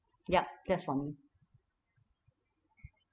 yup that's for me